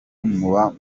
muba